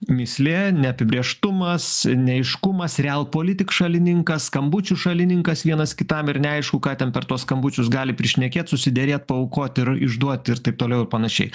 mįslė neapibrėžtumas neaiškumas realpolitik šalininkas skambučių šalininkas vienas kitam ir neaišku ką ten per tuos skambučius gali prišnekėt susiderėt paaukot ir išduot ir taip toliau ir panašiai